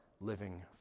living